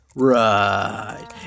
Right